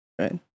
right